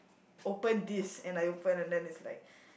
open this and I open and it's like